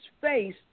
face